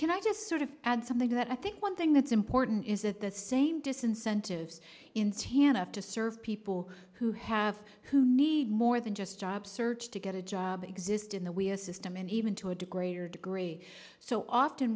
can i just sort of add something that i think one thing that's important is that the same disincentive in t n f to serve people who have who need more than just job search to get a job exist in the we have a system and even to a degree or degree so often